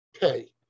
pay